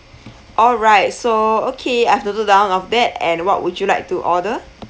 alright so okay I've noted down of that and what would you like to order